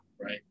right